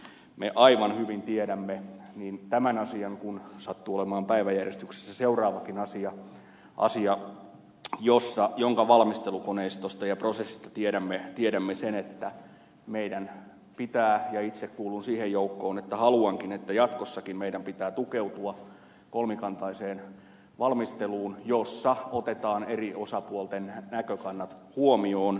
me aivan hyvin tiedämme niin tämän asian kuten päiväjärjestyksessä seuraavakin asian valmistelukoneistosta ja prosessista sen että meidän pitää ja itse kuulun siihen joukkoon joka myös haluaa jatkossakin tukeutua kolmikantaiseen valmisteluun jossa otetaan eri osapuolten näkökannat huomioon